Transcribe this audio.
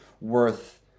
worth